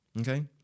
Okay